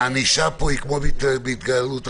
והענישה פה היא כמו בהתקהלות רגילה?